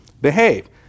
behave